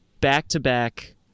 back-to-back